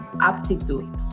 aptitude